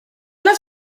las